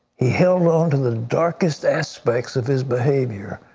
he held on to the darkest aspects of his behavior,